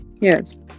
Yes